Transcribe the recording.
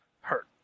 hurt